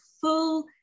full